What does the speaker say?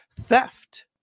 theft